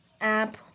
app